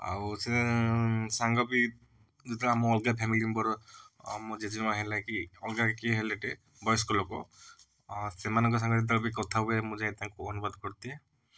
ଆଉ ସେ ସାଙ୍ଗବି ଯେତେବେଳେ ଆମ ଅଲଗା ଫ୍ୟାମିଲି ମେମ୍ୱର ମୋ ଜେଜେ ମା ହେଲେ କି ଅଲଗା କିଏ ହେଲେ ଟେ ବୟସ୍କ ଲୋକ ସେମାନଙ୍କ ସାଙ୍ଗରେ ଯେତେବେଳେ ବି କଥା ହୁଏ ମୁଁ ଯାଏ ତାଙ୍କୁ ଅନୁବାଦ କରିଦିଏ